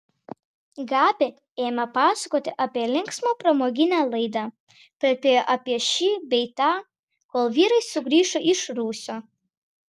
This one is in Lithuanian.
gabi ėmė pasakoti apie linksmą pramoginę laidą plepėjo apie šį bei tą kol vyrai sugrįžo iš rūsio